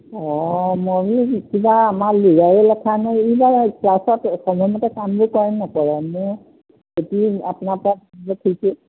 অঁ মই বোলো কিবা আমাৰ ল'ৰাৰে লেঠানে ই বাৰু ক্লাছত সময়মতে কামবোৰ কৰে নে নকৰে মোৰ সেইটোও আপোনাৰ পৰা জানিব খুজিছোঁ